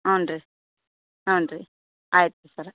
ಹಾಂ ರೀ ಹಾಂ ರೀ ಆಯ್ತು ಸರ